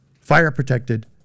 fire-protected